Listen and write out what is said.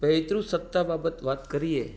પૈતૃ સત્તા બાબતે વાત કરીએ